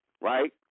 right